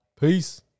Peace